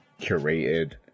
curated